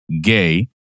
gay